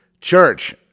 church